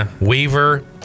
Weaver